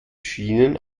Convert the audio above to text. schienen